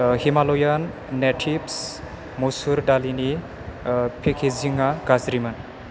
Himalayan natives मसुर दालिनि पेकेजिंआ गाज्रिमोन